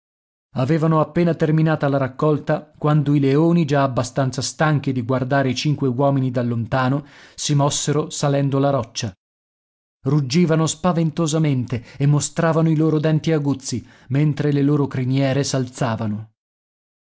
avevano appena terminata la raccolta quando i leoni già abbastanza stanchi di guardare i cinque uomini da lontano si mossero salendo la roccia ruggivano spaventosamente e mostravano i loro denti aguzzi mentre le loro criniere